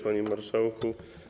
Panie Marszałku!